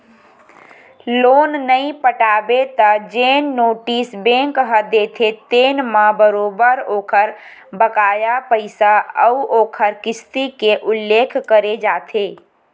loan नइ पटाबे त जेन नोटिस बेंक ह देथे तेन म बरोबर ओखर बकाया पइसा अउ ओखर किस्ती के उल्लेख करे जाथे